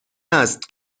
است